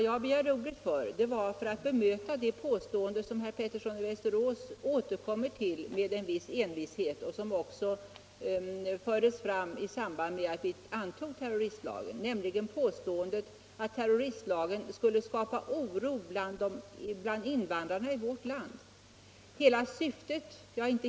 Jag begärde ordet för att bemöta det påstående som herr Pettersson i Västerås återkommer till med en viss envishet och som också fördes fram i samband med att vi antog terroristlagen, nämligen påståendet att terroristlagen skulle skapa oro bland invandrarna i vårt land.